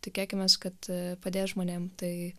tikėkimės kad padės žmonėm tai